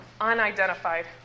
unidentified